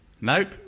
Nope